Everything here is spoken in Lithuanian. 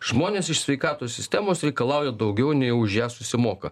žmonės iš sveikatos sistemos reikalauja daugiau nei už ją susimoka